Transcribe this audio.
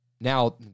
Now